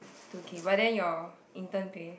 two K but then your intern thing